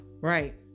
Right